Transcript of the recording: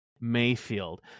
Mayfield